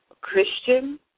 Christian